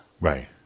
Right